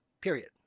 period